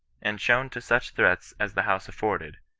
and shown to such seats as the house afforded,